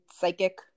psychic